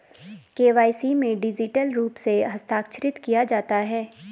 KYC में digital रूप से हस्ताक्षरित किया जाता है